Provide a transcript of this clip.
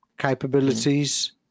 capabilities